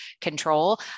control